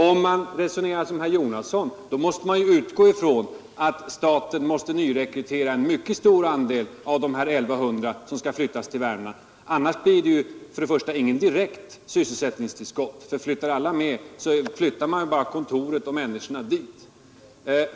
Om man resonerar som herr Jonasson, måste man utgå ifrån att staten skall nyrekrytera en mycket stor andel av dessa 1 100 arbetsplatser som skall flyttas till Värmland. Annars blir det ju inget direkt sysselsättningstillskott; då är det bara kontoret och människorna som flyttar dit.